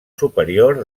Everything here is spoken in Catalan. superior